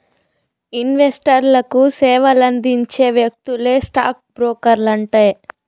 ఇన్వెస్టర్లకు సేవలందించే వ్యక్తులే స్టాక్ బ్రోకర్లంటే